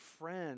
friend